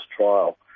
trial